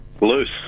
Loose